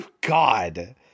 God